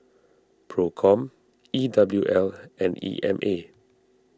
Procom E W L and E M A